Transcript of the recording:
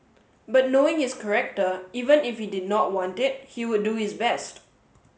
but knowing his character even if he did not want it he would do his best